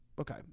okay